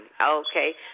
Okay